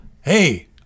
Hey